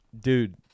dude